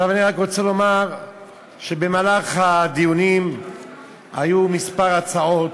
אני רק רוצה לומר שבמהלך הדיונים היו כמה הצעות.